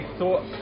thought